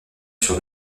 sur